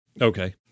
Okay